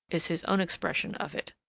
is his own expression of it.